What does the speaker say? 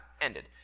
ended